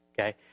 okay